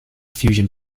fusion